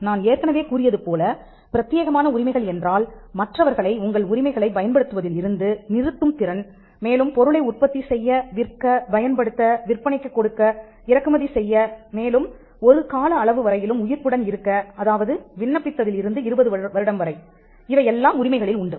நான் ஏற்கனவே கூறியதுபோல பிரத்தியேகமான உரிமைகள் என்றால் மற்றவர்களை உங்கள் உரிமைகளை பயன்படுத்துவதில் இருந்து நிறுத்தும் திறன் மேலும் பொருளை உற்பத்தி செய்ய விற்க பயன்படுத்த விற்பனைக்கு கொடுக்க இறக்குமதி செய்ய மேலும் ஒரு கால அளவு வரையிலும் உயிர்ப்புடன் இருக்க அதாவது விண்ணப்பித்ததில் இருந்து இருபது வருடம் வரை இவையெல்லாம் உரிமைகளில் உண்டு